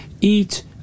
eat